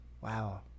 wow